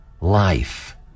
life